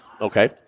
Okay